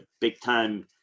big-time